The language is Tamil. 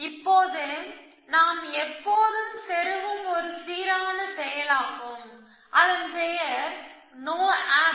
இப்போது நாம் எப்போதும் செருகும் ஒரு சீரான செயலாகும் அதன் பெயர் நோ ஆப்